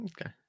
Okay